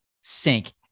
sink